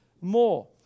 more